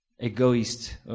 egoist